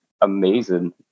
amazing